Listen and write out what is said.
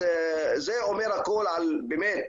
זה אומר הכול באמת.